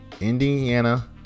Indiana